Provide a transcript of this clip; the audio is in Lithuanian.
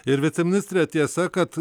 ir viceministre tiesa kad